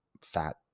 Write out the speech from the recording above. fat